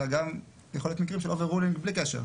אלא יכולים להיות מקרים של overruling בלי קשר,